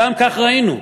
שם כך ראינו.